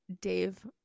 Dave